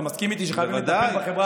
אתה מסכים איתי שחייבים לטפל בחברה הערבית?